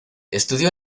estudió